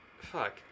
fuck